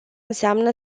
înseamnă